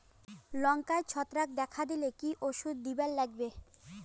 লঙ্কায় ছত্রাক দেখা দিলে কি ওষুধ দিবার লাগবে?